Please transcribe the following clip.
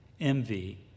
ENVY